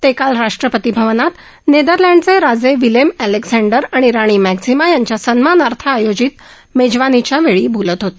ते काल राष्ट्रपती भवनात नेदरलँडचे राजे विलेम अलेक्झांडर आणि राणी मॉक्झिमा यांच्या सन्मानार्थ आयोजित मेजवानीच्या वेळी बोलत होते